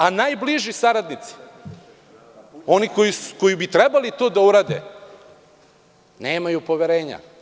A najbliži saradnici, oni koji bi trebali to da urade, nemaju poverenja.